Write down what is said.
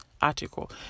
article